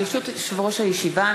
ברשות יושב-ראש הישיבה,